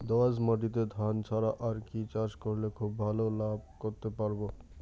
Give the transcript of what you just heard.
দোয়াস মাটিতে ধান ছাড়া আর কি চাষ করলে খুব ভাল লাভ করতে পারব?